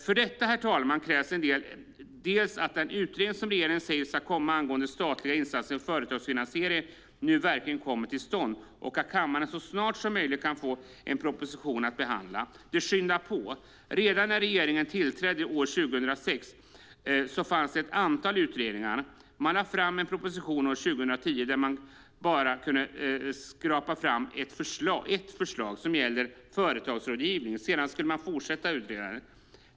För detta, herr talman, krävs att den utredning som regeringen säger ska komma angående statliga insatser för företagsfinansiering nu verkligen kommer till stånd och att kammaren så snart som möjligt kan få en proposition att behandla. Det brådskar. Redan när regeringen tillträde år 2006 fanns ett antal utredningar. Man lade fram en proposition år 2010 där man bara kunde skrapa fram ett förslag. Det gällde företagsrådgivning. Sedan skulle man fortsätta utredandet.